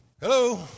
Hello